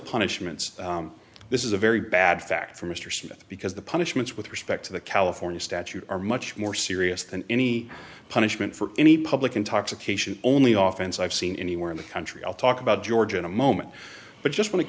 punishments this is a very bad fact for mr smith because the punishments with respect to the california statute are much more serious than any punishment for any public intoxication only oftens i've seen anywhere in the country i'll talk about georgia in a moment but just when it